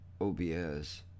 OBS